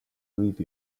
leave